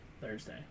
Thursday